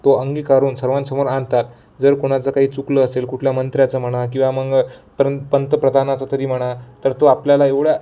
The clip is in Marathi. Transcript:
तो अंगीकारून सर्वांसमोर आणतात जर कोणाचं काही चुकलं असेल कुठल्या मंत्र्याचं म्हणा किंवा मग प्र पंतप्रधानाचा तरी म्हणा तर तो आपल्याला एवढ्या